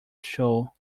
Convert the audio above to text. show